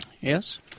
Yes